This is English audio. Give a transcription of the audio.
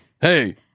Hey